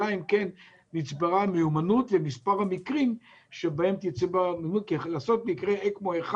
אלא אם נצברה המיומנות ומספר המקרים בהם לעשות מקרה אקמו אחד